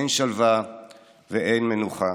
אין שלווה ואין מנוחה.